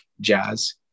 jazz